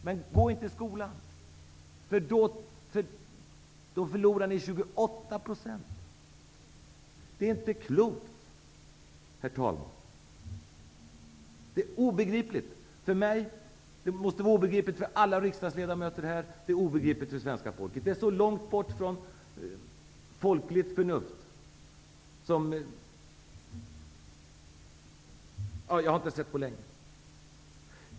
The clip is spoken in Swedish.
Men gå inte till skolan, för då förlorar ni 28 %. Herr talman! Detta är inte klokt. Det är obegripligt för mig, och det måste det var för alla riksdagsledamöter här och för svenska folket. Det här är mycket långt bort från folkligt förnuft. Maken till detta har jag inte sett på länge.